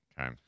Okay